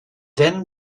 then